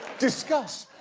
discuss.